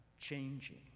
changing